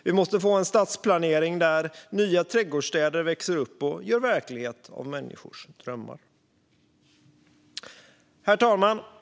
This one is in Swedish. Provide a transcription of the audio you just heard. Vi måste få en stadsplanering där nya trädgårdsstäder växer upp och gör verklighet av människors drömmar. Herr talman!